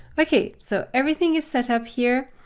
okay, so everything is set up here.